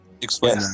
Explain